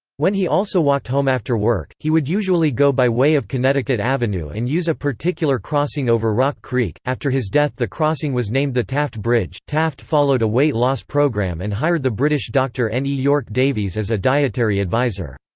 when he also walked home after work, he would usually go by way of connecticut avenue and use a particular crossing over rock creek after his death the crossing was named the taft bridge taft followed a weight loss program and hired the british doctor n. e. yorke-davies as a dietary advisor.